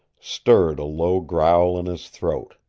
stirred a low growl in his throat.